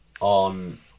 on